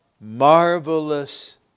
marvelous